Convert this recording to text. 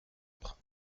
ombre